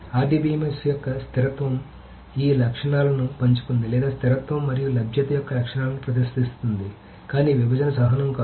RDBMS యొక్క స్థిరత్వం యొక్క ఈ లక్షణాలను పంచుకుంది లేదా స్థిరత్వం మరియు లభ్యత యొక్క లక్షణాలను ప్రదర్శిస్తుంది కానీ విభజన సహనం కాదు